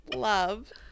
love